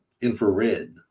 Infrared